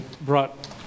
brought